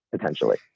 potentially